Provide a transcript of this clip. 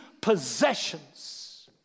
possessions